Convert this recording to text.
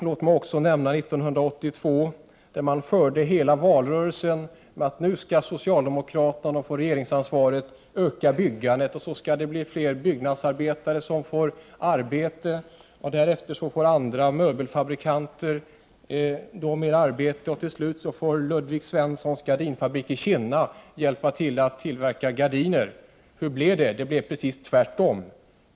Låt mig också nämna att man år 1982 under hela valrörelsen förde fram budskapet att när socialdemokraterna får regeringsansvaret så skall man öka byggandet och det skall bli fler byggnadsarbetare som får arbete; och som följd av detta får andra, bl.a. möbelfabrikanter, mer arbete och slutligen får Ludvig Svenssons gardinfabrik i Kinna hjälpa till att tillverka gardiner. Hur blev det? Det blev precis tvärtom.